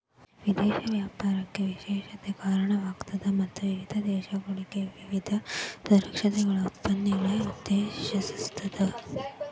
ವಿದೇಶಿ ವ್ಯಾಪಾರ ವಿಶೇಷತೆಕ್ಕ ಕಾರಣವಾಗ್ತದ ಮತ್ತ ವಿವಿಧ ದೇಶಗಳೊಳಗ ವಿವಿಧ ಸರಕುಗಳ ಉತ್ಪಾದನೆಯನ್ನ ಉತ್ತೇಜಿಸ್ತದ